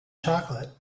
chocolate